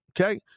Okay